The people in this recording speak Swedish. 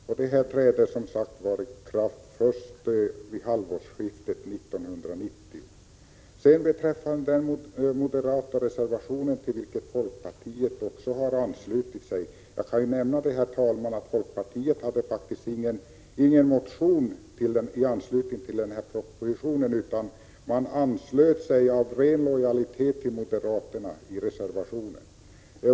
Som sagt träder bestämmelsen i kraft först vid halvårsskiftet 1990. Så till den moderata reservationen, till vilken folkpartiet har anslutit sig. Jag kan nämna att folkpartiet faktiskt inte hade någon motion i anslutning till propositionen, utan man anslöt sig till reservationen av ren lojalitet mot moderaterna.